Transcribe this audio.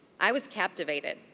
i was captivated.